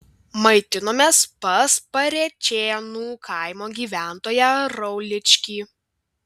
maitinomės pas parėčėnų kaimo gyventoją rauličkį